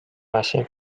asi